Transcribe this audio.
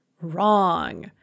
Wrong